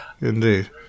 Indeed